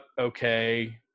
okay